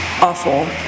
awful